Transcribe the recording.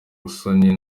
musoni